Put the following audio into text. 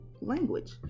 language